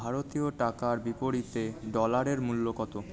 ভারতীয় টাকার বিপরীতে ডলারের মূল্য কত